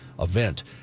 event